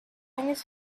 años